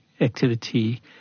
activity